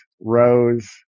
rose